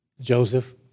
Joseph